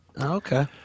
okay